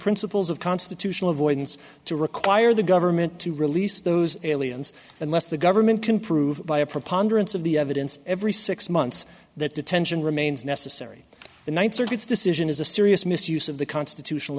principles of constitutional avoidance to require the government to release those aliens unless the government can prove by a preponderance of the evidence every six months that detention remains necessary the ninth circuit's decision is a serious misuse of the constitutional